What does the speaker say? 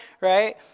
right